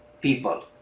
people